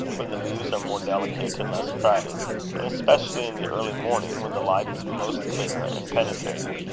when the leaves are more delicate and less crowded and especially in the early morning, when the light is most clear and penetrating.